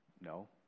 No